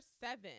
seven